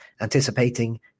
anticipating